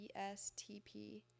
estp